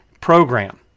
Program